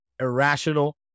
irrational